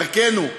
"דרכנו",